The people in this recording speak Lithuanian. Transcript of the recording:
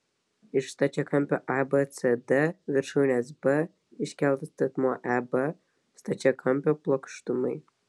iš stačiakampio abcd viršūnės b iškeltas statmuo eb stačiakampio plokštumai